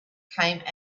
came